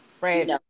Right